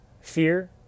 fear